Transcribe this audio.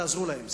תעזרו להם,